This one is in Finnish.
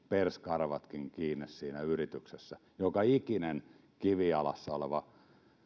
perskarvatkin kiinni siinä yrityksessä joka ikinen kivijalassa oleva